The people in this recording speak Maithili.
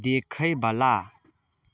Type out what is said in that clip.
देखैबला